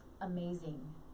amazing